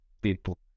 people